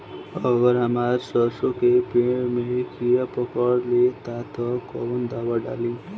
अगर हमार सरसो के पेड़ में किड़ा पकड़ ले ता तऽ कवन दावा डालि?